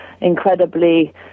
incredibly